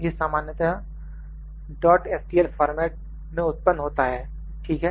यह सामान्यतया stl format में उत्पन्न होता है ठीक है